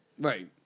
Right